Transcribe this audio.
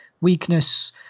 weakness